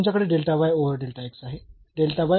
तर तुमच्याकडे आहे काय आहे